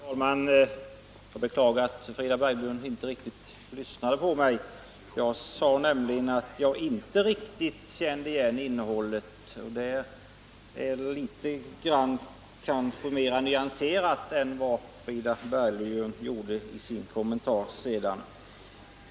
Fru talman! Jag beklagar att Frida Berglund inte lyssnade på mig. Jag sade nämligen att jag inte riktigt kände igen innehållet. Det var kanske litet mer nyanserat än det Frida Berglund sade i sin kommentar.